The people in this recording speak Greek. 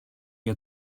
για